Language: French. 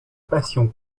passion